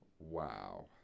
Wow